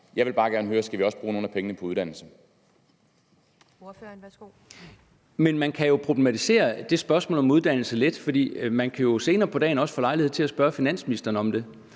Ordføreren, værsgo. Kl. 11:16 Kristian Thulesen Dahl (DF): Men man kan jo problematisere det spørgsmål om uddannelse lidt, for man kan senere på dagen også få lejlighed til at spørge finansministeren om det.